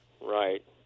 right